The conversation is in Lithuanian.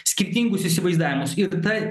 skirtingus įsivaizdavimus ir ta